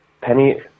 Penny